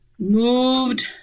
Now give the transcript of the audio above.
moved